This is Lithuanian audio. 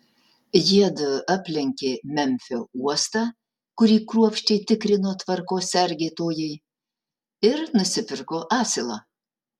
jiedu aplenkė memfio uostą kurį kruopščiai tikrino tvarkos sergėtojai ir nusipirko asilą